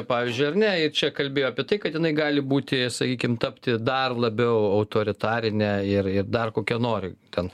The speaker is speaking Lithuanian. pavyzdžiui ar ne ir čia kalbėjo apie tai kad jinai gali būti sakykim tapti dar labiau autoritarine ir ir dar kokia nori ten